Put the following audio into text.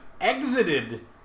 exited